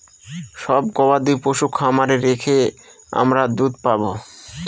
সব গবাদি পশু খামারে রেখে আমরা দুধ পাবো